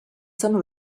some